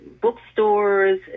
bookstores